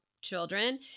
Children